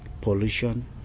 pollution